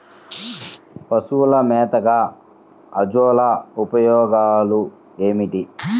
పశువుల మేతగా అజొల్ల ఉపయోగాలు ఏమిటి?